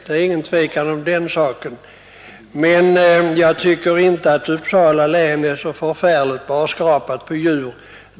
Det är ingen tvekan om den saken, men jag tycker inte att Uppsala län är så barskrapat på djur.